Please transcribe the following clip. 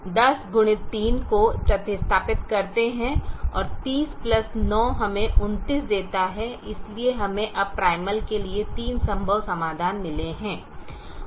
तो हम 10x3 को प्रतिस्थापित करते हैं 309 हमें 39 देता है इसलिए हमें अब प्राइमल के लिए 3 संभव समाधान नहीं मिले हैं